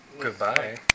Goodbye